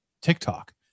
TikTok